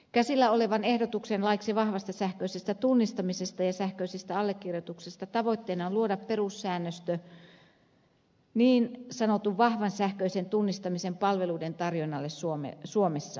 käsillä olevan ehdotuksen laiksi vahvasta sähköisestä tunnistamisesta ja sähköisestä allekirjoituksesta tavoitteena on luoda perussäännöstö niin sanotun vahvan sähköisen tunnistamisen palveluiden tarjonnalle suomessa